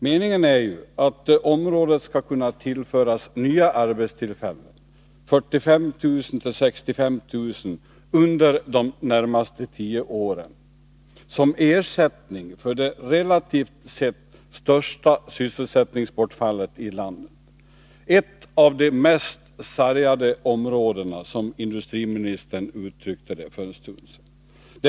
Meningen är ju att området skall kunna tillföras 45 000-65 000 nya arbetstillfällen under de närmaste tio åren som ersättning för det relativt sett största sysselsättningsbortfallet i landet — ett av de mest sargade områdena, som industriministern uttryckte det för en stund sedan.